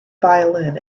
violin